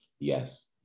Yes